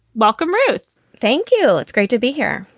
welcome, ruth. thank you. it's great to be here.